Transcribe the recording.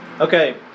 Okay